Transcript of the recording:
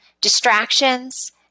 distractions